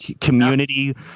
community